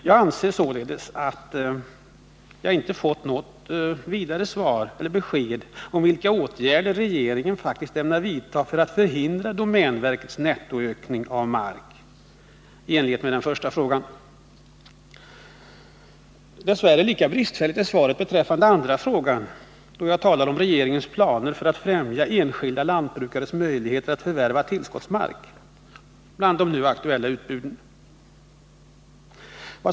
Jag anser således att jag inte fått något besked på den första frågan, om vilka åtgärder regeringen faktiskt ämnar vidta för att förhindra att domänverket netto ökar sitt markinnehav. Dess värre är svaret lika bristfälligt när det gäller den andra frågan, om regeringens planer för att främja enskilda lantbrukares möjligheter att förvärva tillskottsmark bland de nu aktuella utbuden.